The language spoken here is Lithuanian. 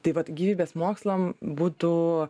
taip vat gyvybės mokslam būtų